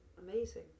amazing